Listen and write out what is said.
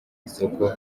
isoko